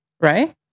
right